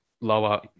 lower